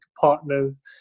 partners